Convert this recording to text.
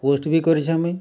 post ବି କରିଛେଁ ଆମେ